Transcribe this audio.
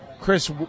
Chris